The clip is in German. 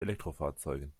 elektrofahrzeugen